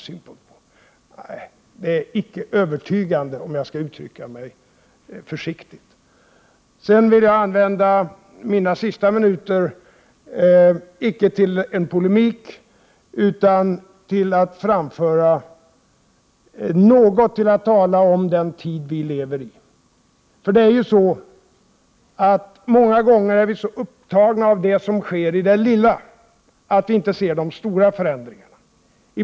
Detta är icke övertygande, om jag skall uttrycka mig försiktigt. Jag vill använda mina sista minuter icke till en polemik utan till att något tala om den tid vi lever i. Många gånger är vi så upptagna av det som sker i det lilla att vi inte ser de stora förändringarna.